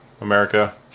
America